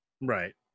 Right